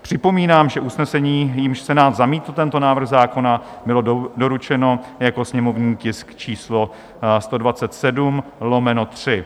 Připomínám, že usnesení, jímž Senát zamítl tento návrh zákona, bylo doručeno jako sněmovní tisk číslo 127/3.